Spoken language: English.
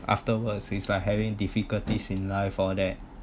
afterwards since I having difficulties in life for that